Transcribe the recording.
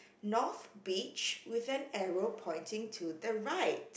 north beach with an arrow pointing to the right